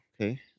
okay